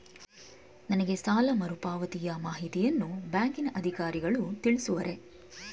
ನನಗೆ ಸಾಲ ಮರುಪಾವತಿಯ ಮಾಹಿತಿಯನ್ನು ಬ್ಯಾಂಕಿನ ಅಧಿಕಾರಿಗಳು ತಿಳಿಸುವರೇ?